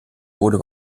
wurde